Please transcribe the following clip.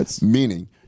Meaning